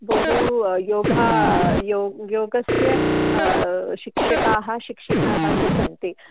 बहु योगः यो योगस्य शिक्षकाः शिक्षिकाः च सन्ति